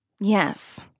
Yes